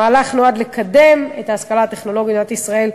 המהלך נועד לקדם את ההשכלה הטכנולוגית במדינת ישראל,